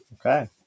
Okay